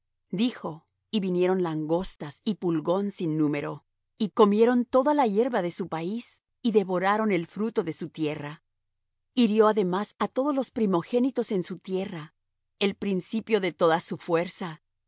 dijo y vinieron langostas y pulgón sin número y comieron toda la hierba de su país y devoraron el fruto de su tierra hirió además á todos los primogénitos en su tierra el principio de toda su fuerza